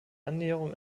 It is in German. annäherung